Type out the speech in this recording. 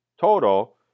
total